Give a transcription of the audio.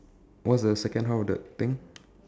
what's the second half of that thing